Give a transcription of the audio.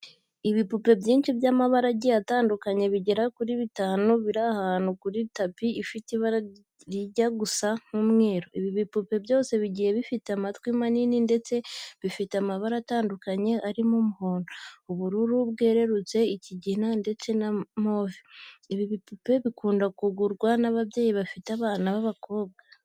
Ibipupe byinshi by'amabara agiye atandukanye bigera kuri bitanu, biri ahantu kuri tapi ifite ibara rijya gusa nk'umweru. Ibi bipupe byose bigiye bifite amatwi manini ndetse bifite amabara atandukanye arimo umuhondo, ubururu bwerurutse, ikigina ndetse na move. Ibi bipupe bikunda kugurwa n'ababyeyi bafite abana b'abakobwa.